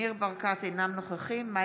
אינו נוכח ניר ברקת,